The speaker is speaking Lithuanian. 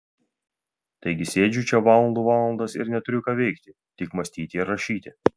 taigi sėdžiu čia valandų valandas ir neturiu ką veikti tik mąstyti ir rašyti